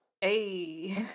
Hey